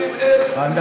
120,000,